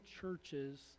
churches